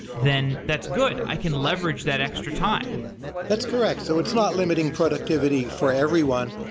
then that's good. i can leverage that extra time that's correct. so it's not limiting productivity for everyone,